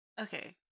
Okay